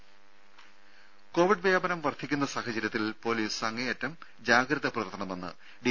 രുര കോവിഡ് വ്യാപനം വർധിക്കുന്ന സാഹചര്യത്തിൽ പൊലീസ് അങ്ങേയറ്റം ജാഗ്രത പുലർത്തണമെന്ന് ഡി